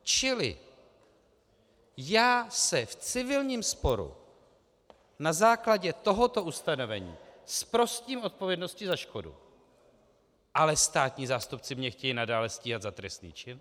Čili já se v civilním sporu na základě tohoto ustanovení zprostím odpovědnosti za škodu, ale státní zástupci mě chtějí nadále stíhat za trestný čin?